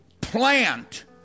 plant